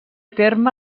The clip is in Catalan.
terme